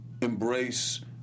embrace